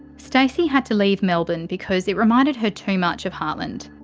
stacey had to leave melbourne because it reminded her too much of hartland.